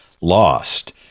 lost